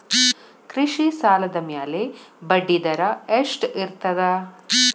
ಕೃಷಿ ಸಾಲದ ಮ್ಯಾಲೆ ಬಡ್ಡಿದರಾ ಎಷ್ಟ ಇರ್ತದ?